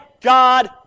God